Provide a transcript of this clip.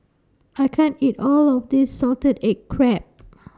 I can't eat All of This Salted Egg Crab